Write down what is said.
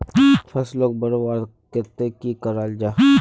फसलोक बढ़वार केते की करा जाहा?